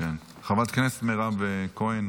חברת הכנסת מירב כהן,